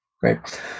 Great